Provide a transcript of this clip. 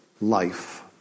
life